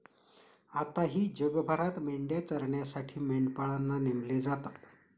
आताही जगभरात मेंढ्या चरण्यासाठी मेंढपाळांना नेमले जातात